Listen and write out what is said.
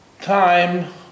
time